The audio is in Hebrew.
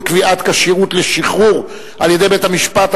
קביעת כשירות לשחרור על-ידי בית-המשפט),